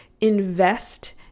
Invest